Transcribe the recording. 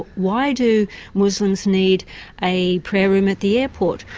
why do muslims need a prayer room at the airport?